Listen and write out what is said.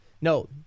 no